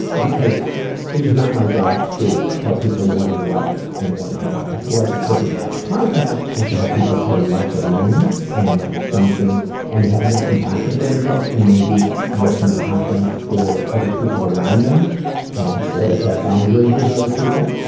because it is not my job to tell people what is right and what is wrong. i feel like the purpose of this podcast is to help people feel less alone and and have more compassion for themselves and maybe more compassion for other people around them or to set boundaries with other people.